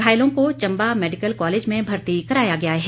घायलों को Chamba medical college में भर्ती कराया गया है